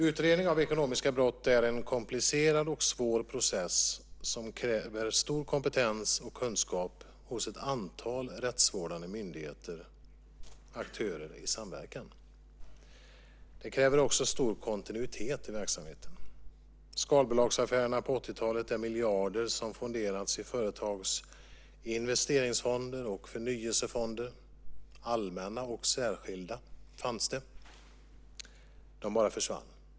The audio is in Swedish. Utredningen av ekonomiska brott är en komplicerad och svår process som kräver stor kompetens och kunskap hos ett antal rättsvårdande myndigheter och aktörer i samverkan. Det kräver också stor kontinuitet i verksamheten. Vi såg skalbolagsaffärerna på 80-talet där miljarder som fonderats i företags investeringsfonder och förnyelsefonder, allmänna och särskilda, bara försvann.